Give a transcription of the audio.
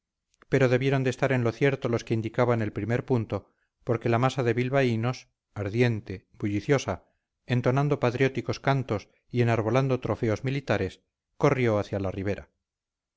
pero debieron de estar en lo cierto los que indicaban el primer punto porque la masa de bilbaínos ardiente bulliciosa entonando patrióticos cantos y enarbolando trofeos militares corrió hacia la ribera